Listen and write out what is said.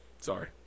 Sorry